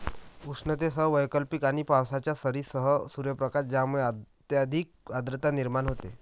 उष्णतेसह वैकल्पिक आणि पावसाच्या सरींसह सूर्यप्रकाश ज्यामुळे अत्यधिक आर्द्रता निर्माण होते